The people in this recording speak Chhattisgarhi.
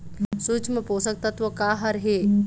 सूक्ष्म पोषक तत्व का हर हे?